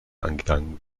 eingegangen